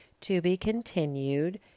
to-be-continued